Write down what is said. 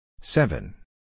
seven